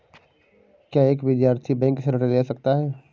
क्या एक विद्यार्थी बैंक से ऋण ले सकता है?